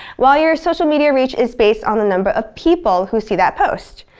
while your social media reach is based on the number of people who see that post.